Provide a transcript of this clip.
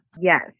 Yes